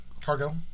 Cargo